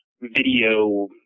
video